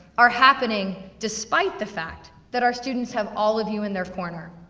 are happening despite the fact that our students have all of you in their corner,